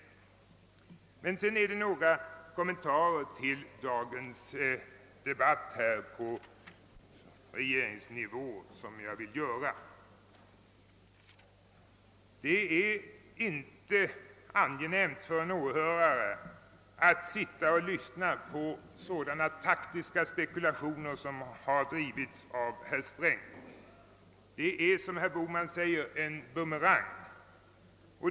Jag vill sedan göra några kommentarer till dagens debatt på regeringsnivå. Det är inte angenämt för en åhörare att lyssna på sådana taktiska spekulationer som har framförts av herr Sträng. De verkar, såsom herr Bohman framhåller, som en bumerang.